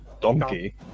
Donkey